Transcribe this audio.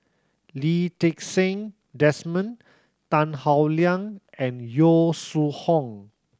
Lee Ti Seng Desmond Tan Howe Liang and Yong Su Hoong